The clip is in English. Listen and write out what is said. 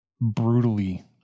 brutally